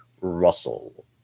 Russell